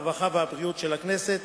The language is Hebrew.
הרווחה והבריאות של הכנסת,